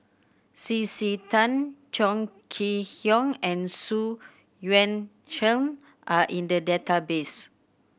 C C Tan Chong Kee Hiong and Xu Yuan Zhen are in the database